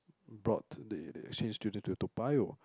brought the the exchange student to Toa-Payoh